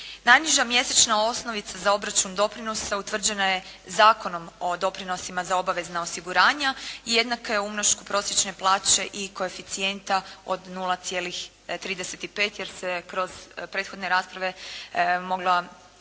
Najniža mjesečna osnovica za obračun doprinos utvrđena je Zakonom o doprinosima za obavezna osiguranja i jednaka je umnošku prosječne plaće i koeficijenta od 0,35 jer se kroz prethodne rasprave mogao